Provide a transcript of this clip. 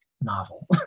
novel